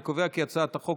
אני קובע כי הצעת החוק,